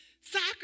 soccer